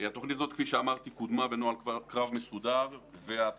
התוכנית הזאת כפי שאמרתי קודמה בנוהל קרב מסודר והתפקיד